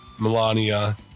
Melania